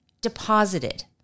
deposited